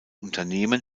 unternehmen